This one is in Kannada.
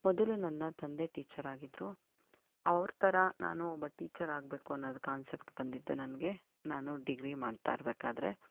ಮೊದಲು ನನ್ನ ತಂದೆ ಟೀಚರ್ ಆಗಿದ್ದರು ಅವ್ರ ಥರ ನಾನು ಒಬ್ಬ ಟೀಚರ್ ಆಗಬೇಕು ಅನ್ನೋದು ಕಾನ್ಸೆಪ್ಟ್ ಬಂದಿದ್ದು ನನಗೆ ನಾನು ಡಿಗ್ರಿ ಮಾಡ್ತಾಯಿರಬೇಕಾದರೆ